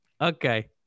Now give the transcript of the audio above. Okay